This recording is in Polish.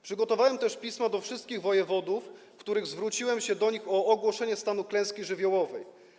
Przygotowałem też pisma do wszystkich wojewodów, w których zwróciłem się do nich o ogłoszenie stanu klęski żywiołowej.